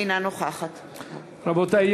אינה נוכחת רבותי,